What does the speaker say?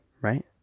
right